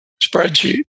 spreadsheet